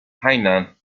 hainan